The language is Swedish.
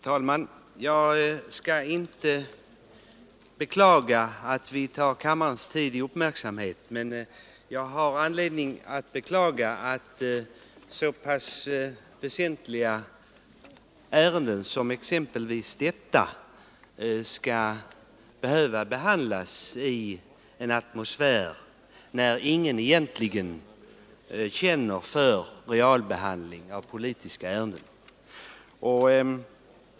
Herr talman! Jag skall inte beklaga att jag tar kammarens tid i anspråk, men jag har anledning att beklaga att så väsentliga ärenden som detta skall behöva behandlas i en atmosfär där ingen egentligen känner för realbehandling av politiska frågor.